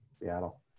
Seattle